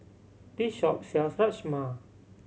this shop sell Rajma